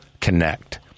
connect